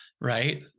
Right